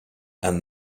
and